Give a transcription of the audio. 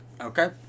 okay